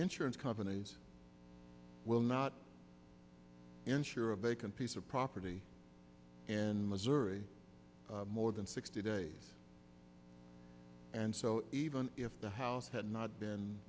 insurance companies will not insure a vacant piece of property and missouri more than sixty days and so even if the house had not